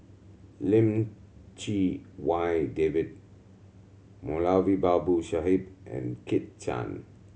Lim Chee Wai David Moulavi Babu Sahib and Kit Chan